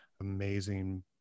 amazing